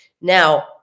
Now